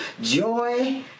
joy